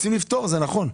רוצים לפתור, זה נכון.